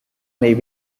may